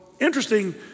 interesting